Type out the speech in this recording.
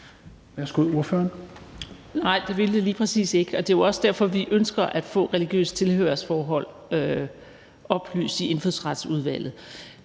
Marie Krarup (DF): Nej, det skal det lige præcis ikke. Det er jo også derfor, vi ønsker at få religiøst tilhørsforhold oplyst i Indfødsretsudvalget.